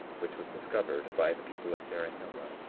which was discovered by the people of zarahemla,